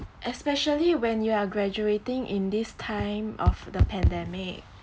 especially when you are graduating in this time of the pandemic